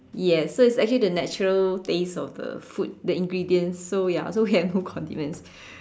yes so is actually the natural taste of the food the ingredients so ya so we have no condiments